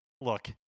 look